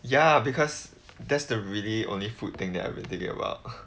ya because that's the really only food thing that I'm thinking about